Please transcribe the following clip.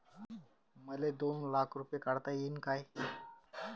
मले दोन लाख रूपे काढता येईन काय?